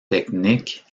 techniques